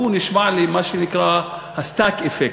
הוא נשמע למה שנקרא stack effect,